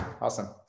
Awesome